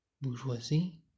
bourgeoisie